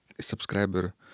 subscriber